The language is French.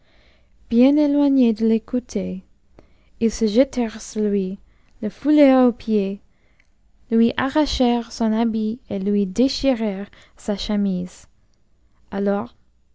bien éloigné de l'écouter ils se jetèrent sur lui le foulèrent aux pieds lui arrachèrent son habit et lui déchirèrent sa chemise alors